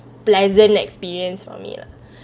pleasant experience for me lah